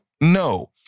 no